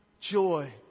Joy